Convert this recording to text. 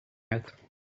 mouth